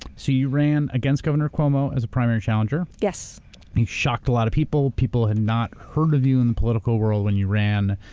so you ran against governor cuomo as a primary challenger. yes. and you shocked a lot of people. people had not heard of you in the political world when you ran.